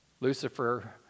Lucifer